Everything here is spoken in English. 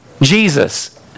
Jesus